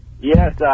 Yes